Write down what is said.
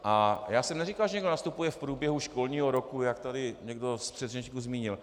A já jsem neříkal, že někdo nastupuje v průběhu školního roku, jak tady někdo z předřečníků zmínil.